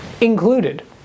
Included